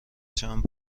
چند